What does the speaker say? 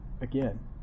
again